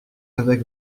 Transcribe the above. avec